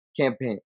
campaign